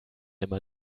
immer